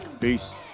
Peace